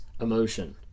emotion